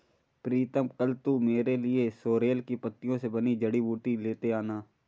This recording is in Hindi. प्रीतम कल तू मेरे लिए सोरेल की पत्तियों से बनी जड़ी बूटी लेते आना